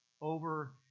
over